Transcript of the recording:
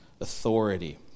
Authority